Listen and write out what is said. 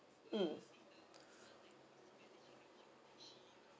mm